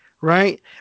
right